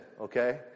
okay